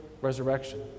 resurrection